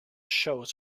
shows